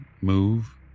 move